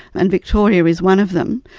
and victoria is one of them.